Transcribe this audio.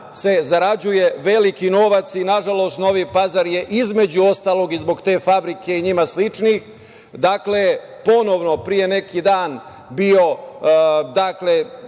se zarađuje veliki novac. Nažalost, Novi Pazar je između ostalog i zbog te fabrike i njima sličnih, dakle, ponovo pre neki dan bio rekorder